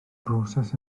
broses